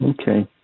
Okay